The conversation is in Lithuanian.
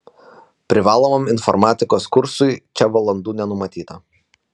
privalomam informatikos kursui čia valandų nenumatyta